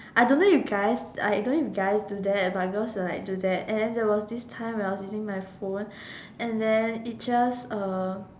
I don't know if guys I don't if guys do that but girls will like do that and then there was this time when I was using my phone and then it just uh